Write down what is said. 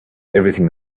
everything